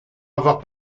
avoir